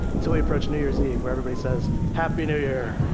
until we approach new year's eve, where everybody says, happy new year!